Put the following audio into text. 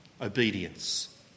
obedience